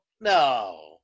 No